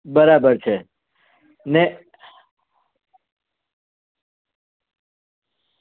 બરાબર છે ને